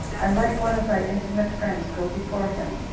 and let one of thy intimate friends go before him,